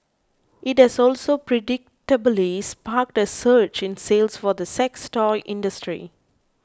it has also predictably sparked a surge in sales for the sex toy industry